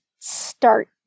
start